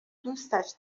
دوستش